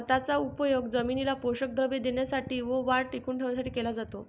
खताचा उपयोग जमिनीला पोषक द्रव्ये देण्यासाठी व वाढ टिकवून ठेवण्यासाठी केला जातो